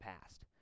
past